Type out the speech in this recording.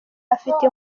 afite